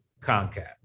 CONCAT